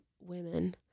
women